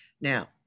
Now